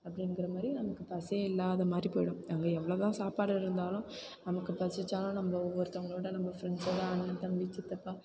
அப்படிங்கிற மாதிரி நமக்கு பசியே இல்லாத மாதிரி போய்டும் அங்கே எவ்வளோ தான் சாப்பாடு இருந்தாலும் நமக்கு பசித்தாலும் நம்ம ஒவ்வொருத்தங்களோடு நம்ம ஃப்ரெண்ட்ஸோடு அண்ணன் தம்பி சித்தப்பா